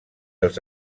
els